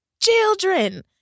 Children